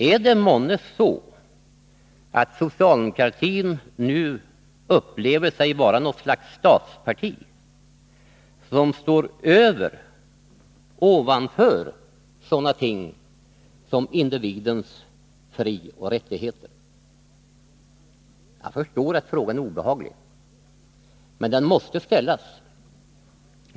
Är det månne så att socialdemokratin nu upplever sig vara något slags statsparti som står ovanför sådana ting som individens frioch rättigheter? Jag förstår att frågan är obehaglig, men den måste ställas.